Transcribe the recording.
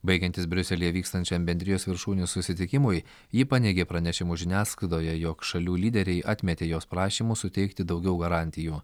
baigiantis briuselyje vykstančiam bendrijos viršūnių susitikimui ji paneigė pranešimus žiniasklaidoje jog šalių lyderiai atmetė jos prašymus suteikti daugiau garantijų